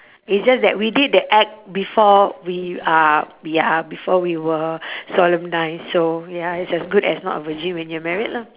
it's just that we did the act before we uh we are before we were solemnised so ya it's as good as not a virgin when you're married lah